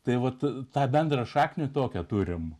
tai vat tą bendrą šaknį tokią turime